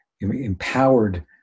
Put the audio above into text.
empowered